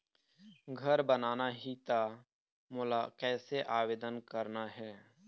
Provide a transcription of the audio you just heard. घर बनाना ही त मोला कैसे आवेदन करना हे?